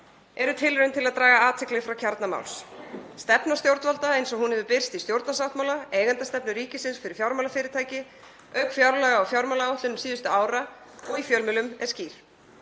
eru tilraun til að draga athygli frá kjarna máls. Stefna stjórnvalda eins og hún hefur birst í stjórnarsáttmála, eigendastefnu ríkisins fyrir fjármálafyrirtæki, auk fjárlaga og fjármálaáætlunum síðustu ára og í fjölmiðlum er skýr.